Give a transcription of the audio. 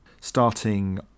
Starting